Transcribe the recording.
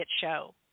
Show